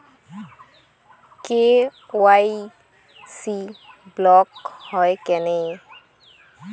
KYC block হয় কেনে?